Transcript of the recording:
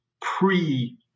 pre